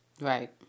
Right